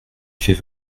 fait